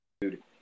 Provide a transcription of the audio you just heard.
Dude